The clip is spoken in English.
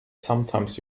sometimes